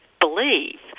believe